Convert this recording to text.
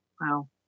Wow